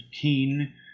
keen